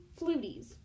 Fluties